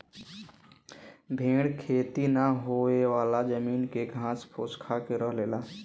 भेड़ खेती ना होयेवाला जमीन के घास फूस खाके रह लेला